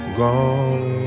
gone